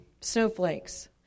snowflakes